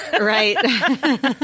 Right